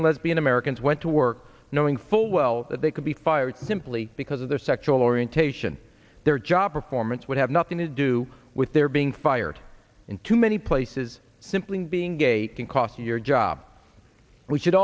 and lesbian americans went to work knowing full well that they could be fired simply because of their sexual orientation their job performance would have nothing to do with their being fired into many places simply being gay can cost you your job we should